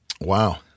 Wow